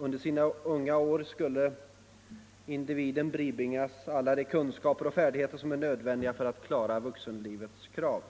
Under sina unga år skulle individen bibringas alla de kunskaper och färdigheter som är nödvändiga för att klara vuxenlivets krav.